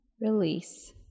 Release